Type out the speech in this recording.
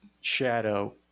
shadow